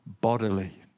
bodily